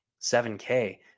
7K